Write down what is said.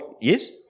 Yes